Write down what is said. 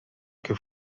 que